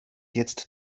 jetzt